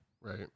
Right